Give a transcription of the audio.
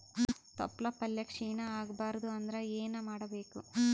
ತೊಪ್ಲಪಲ್ಯ ಕ್ಷೀಣ ಆಗಬಾರದು ಅಂದ್ರ ಏನ ಮಾಡಬೇಕು?